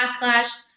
backlash